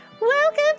welcome